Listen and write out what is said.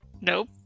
Nope